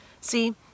See